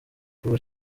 kuba